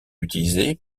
utilisé